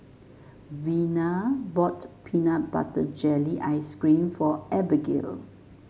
Vena bought Peanut Butter Jelly Ice cream for Abigail